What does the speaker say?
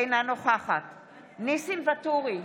אינה נוכחת ניסים ואטורי,